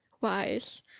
wise